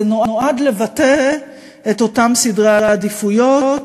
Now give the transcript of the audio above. זה נועד לבטא את אותם סדרי עדיפויות.